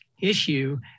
issue